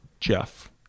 Jeff